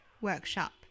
workshop